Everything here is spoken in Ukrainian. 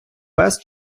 пес